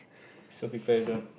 so people I don't